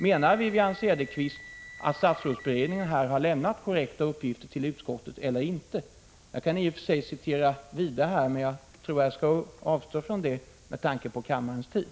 Menar Wivi-Anne Cederqvist att statsrådsberedningen har lämnat korrekta uppgifter till utskottet eller inte? Jag kan i och för sig citera vidare, men jag tror att jag skall avstå från det med tanke på kammarens tid.